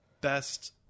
best